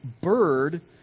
bird